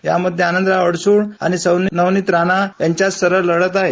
यामध्ये आनंदराव अडसूळ आणि नवणित राणा यांच्यात सरळ लढत आहे